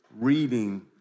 reading